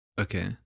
Okay